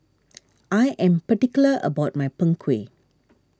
I am particular about my Png Kueh